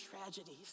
tragedies